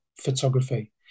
photography